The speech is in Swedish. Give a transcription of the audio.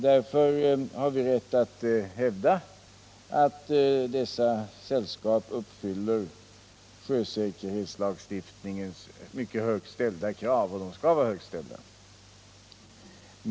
Därför har vi rätt att hävda att dessa sällskap uppfyller sjösäkerhetslagstiftningens mycket högt ställda krav — och de kraven skall vara högt ställda.